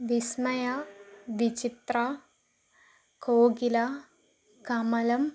വിസ്മയ വിചിത്ര കോകില കമലം